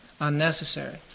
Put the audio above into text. unnecessary